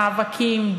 מאבקים,